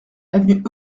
avenue